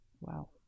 Wow